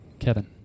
Kevin